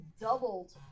doubled